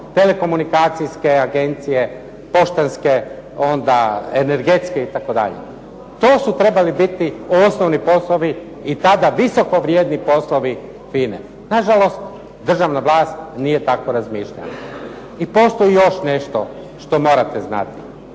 telekomunikacijske agencije, poštanske, energetske itd. To su trebali biti osnovni poslovi i tada visoko vrijedni poslovi FINA-e. nažalost državna vlast nije tako razmišljala. I postoji još nešto što morate znati.